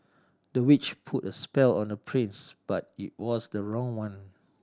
the witch put a spell on the prince but it was the wrong one